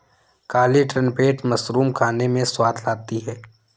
काली trumpet mushroom खाने में स्वाद लाती है